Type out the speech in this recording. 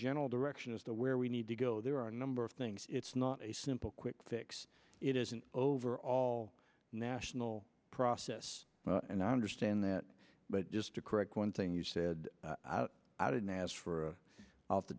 general direction as to where we need to go there are a number of things it's not a simple quick fix it is an over all national process and i understand that but just to correct one thing you said i didn't ask for